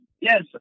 Yes